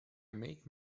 make